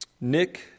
Nick